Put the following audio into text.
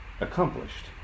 accomplished